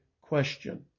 question